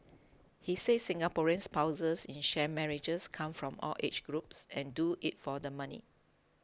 he said Singaporean spouses in sham marriages come from all age groups and do it for the money